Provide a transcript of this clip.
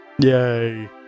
Yay